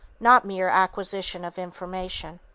not mere acquisition of information.